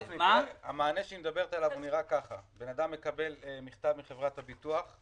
המענה שהיא מדברת עליו נראה כך שבן אדם מקבל מכתב מחברת הביטוח,